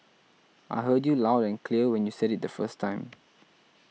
I heard you loud and clear when you said it the first time